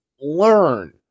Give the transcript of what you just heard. learn